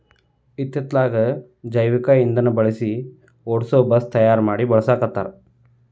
ಇತ್ತಿತ್ತಲಾಗ ಜೈವಿಕ ಇಂದನಾ ಬಳಸಿ ಓಡಸು ಬಸ್ ತಯಾರ ಮಡಿ ಬಳಸಾಕತ್ತಾರ